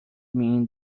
mean